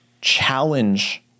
challenge